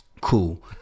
Cool